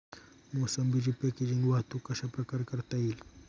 मोसंबीची पॅकेजिंग वाहतूक कशाप्रकारे करता येईल?